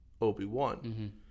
Obi-Wan